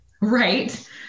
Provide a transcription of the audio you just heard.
Right